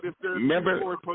Remember